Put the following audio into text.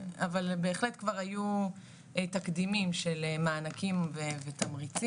אבל בהחלט כבר היו תקדימים של מענקים ותמריצים,